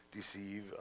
deceive